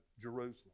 Jerusalem